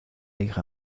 hija